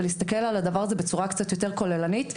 ולהסתכל על הדבר הזה בצורה קצת יותר כוללנית.